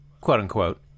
quote-unquote